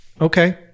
okay